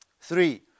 Three